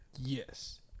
Yes